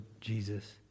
Jesus